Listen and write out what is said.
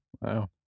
Wow